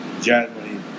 Germany